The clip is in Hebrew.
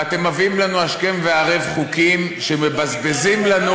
ואתם מביאים לנו השכם והערב חוקים שמבזבזים לנו,